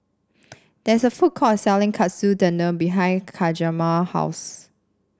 there is a food court selling Katsu Tendon behind Hjalmar house